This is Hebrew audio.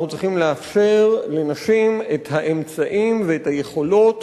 אנחנו צריכים לאפשר לנשים את האמצעים ואת היכולות